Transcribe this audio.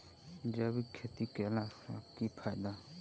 जैविक खेती केला सऽ की फायदा?